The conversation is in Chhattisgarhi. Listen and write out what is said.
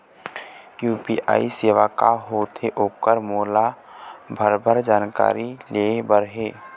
यू.पी.आई सेवा का होथे ओकर मोला भरभर जानकारी लेहे बर हे?